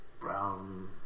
brown